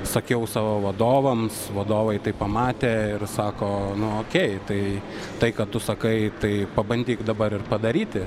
sakiau savo vadovams vadovai tai pamatė ir sako nu okei tai tai ką tu sakai tai pabandyk dabar ir padaryti